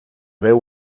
veu